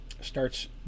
...starts